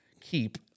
keep